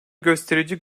gösterici